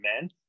men